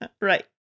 Right